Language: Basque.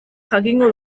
jakingo